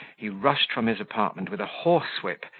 he rushed from his apartment with a horsewhip,